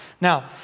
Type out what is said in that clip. now